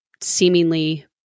seemingly